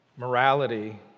Morality